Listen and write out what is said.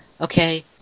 Okay